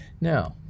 Now